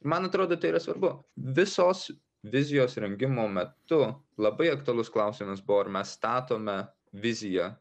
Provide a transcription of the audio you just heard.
man atrodo tai yra svarbu visos vizijos rengimo metu labai aktualus klausimas buvo ar mes statome viziją